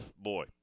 Boy